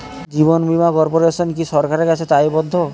জীবন বীমা কর্পোরেশন কি সরকারের কাছে দায়বদ্ধ?